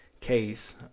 case